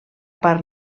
part